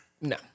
no